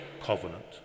Covenant